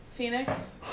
Phoenix